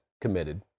committed